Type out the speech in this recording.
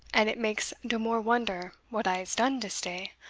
and it makes de more wonder what i has done dis day.